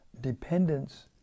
dependence